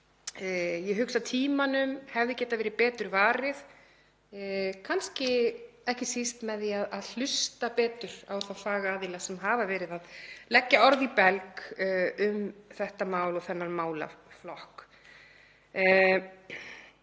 Ég hugsa að tímanum hefði getað verið betur varið, kannski ekki síst með því að hlusta betur á þá fagaðila sem hafa verið að leggja orð í belg um þetta mál og þennan málaflokk.